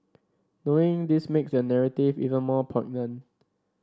knowing this makes the narrative even more poignant